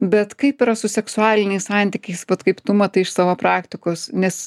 bet kaip yra su seksualiniais santykiais vat kaip tu matai iš savo praktikos nes